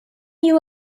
you